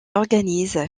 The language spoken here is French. organise